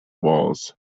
walls